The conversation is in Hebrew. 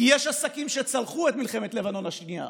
כי יש עסקים שצלחו את מלחמת לבנון השנייה,